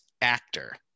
actor